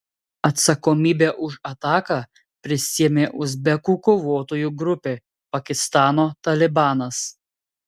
atsakomybę už ataką prisiėmė uzbekų kovotojų grupė pakistano talibanas